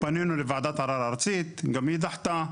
פנינו לוועדת ערר ארצית, גם היא דחתה.